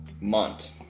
Mont